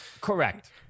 correct